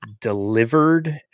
delivered